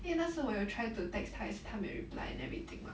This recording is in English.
因为那时我有 try to text 他他也是没有 reply and everything mah